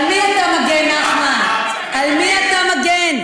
בשיח הדמוקרטי יש לכל אחד